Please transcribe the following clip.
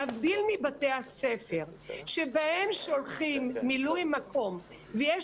להבדיל מבתי הספר שאליהם שולחים מילוי מקום ויש